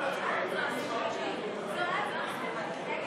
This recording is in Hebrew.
קבוצת סיעת הליכוד,